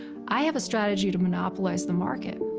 i have a strategy to monopolize the market,